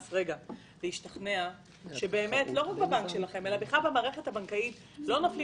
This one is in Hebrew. מאמץ להשתכנע שבכלל במערכת הבנקאית לא נופלים